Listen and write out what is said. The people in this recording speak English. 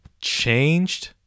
changed